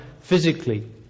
physically